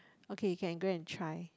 okay can go and try